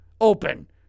open